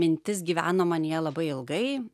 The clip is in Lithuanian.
mintis gyveno manyje labai ilgai